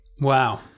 wow